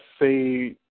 say